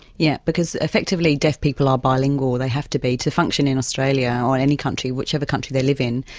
yeah. because effectively, deaf people are bilingual they have to be to function in australia or any country, whichever country they live in,